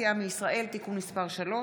גפני, יעקב אשר,